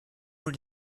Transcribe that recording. nur